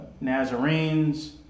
Nazarenes